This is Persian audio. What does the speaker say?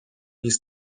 نیز